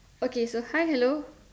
okay so hi hello